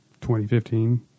2015